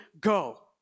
go